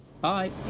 Bye